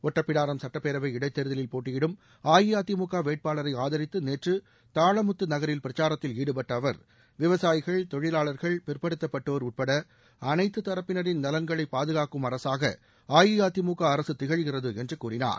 ஒட்டப்பிடாரம் சுட்டப்பேரவை இடைத்தேர்தலில் போட்டியிடும் அஇஅதிமுக வேட்பாளரை ஆதரித்து நேற்று தாளமுத்து நகரில் பிரச்சாரத்தில் ஈடுபட்ட அவர் விவசாயிகள் தொழிலாளர்கள் பிற்படுத்தப்பட்டோர் உட்பட அனைத்துத்தரப்பினரின் நலன்களை பாதுகாக்கும் அரசாக அஇஅதிமுக அரசு திகழ்கிறது என்று கூறினார்